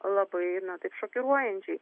labai na taip šokiruojančiai